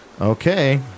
Okay